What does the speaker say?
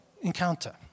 encounter